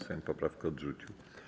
Sejm poprawkę odrzucił.